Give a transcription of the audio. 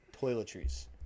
toiletries